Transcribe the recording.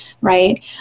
Right